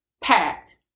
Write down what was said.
packed